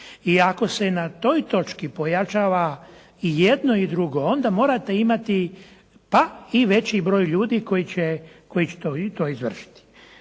I ako se na toj točki pojačava i jedno i drugo, onda morate imati pa i veći broj ljudi koji će to izvršiti.